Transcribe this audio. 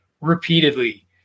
repeatedly